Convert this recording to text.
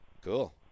Cool